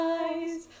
eyes